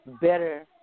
better